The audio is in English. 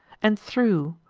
and threw,